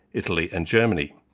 italy and germany.